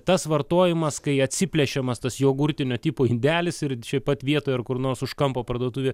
tas vartojimas kai atsiplėšimas tas jogurtinio tipo indelis ir čia pat vietoj ar kur nors už kampo parduotuvė